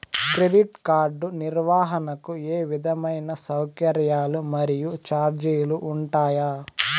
Credit card నిర్వహణకు ఏ విధమైన సౌకర్యాలు మరియు చార్జీలు ఉంటాయా?